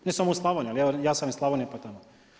Ne samo u Slavoniji, ali evo ja sam iz Slavonije pa tamo.